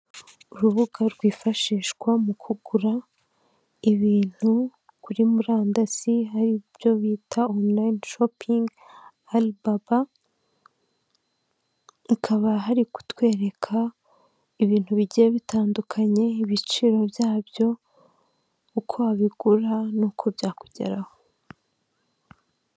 Urubuga rwifashishwa mu kugura ibintu kuri murandasi hari byo bita onu line shopingi ali baba hakaba hari kutwereka ibintu bigiye bitandukanye ibiciro byabyo uko wabigura n'uko byakugeraho.